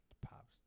Pops